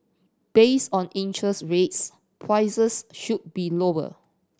based on interest rates prices should be lower